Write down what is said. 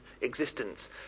existence